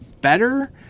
better